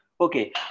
Okay